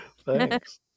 Thanks